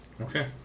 Okay